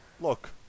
look